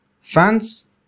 fans